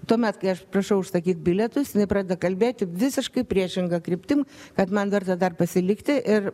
tuomet kai aš prašau užsakyt bilietus jinai pradeda kalbėti visiškai priešinga kryptim kad man verta dar pasilikti ir